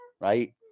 right